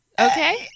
Okay